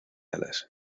alas